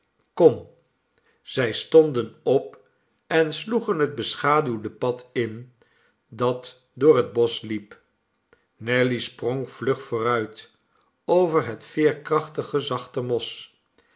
kom zij stonden op en sloegen het beschaduwde pad in dat door het bosch liep nelly sprong vlug vooruit over het veerkrachtige zachte mos